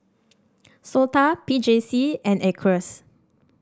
SOTA P J C and Acres